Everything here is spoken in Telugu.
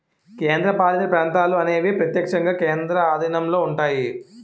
కేంద్రపాలిత ప్రాంతాలు అనేవి ప్రత్యక్షంగా కేంద్రం ఆధీనంలో ఉంటాయి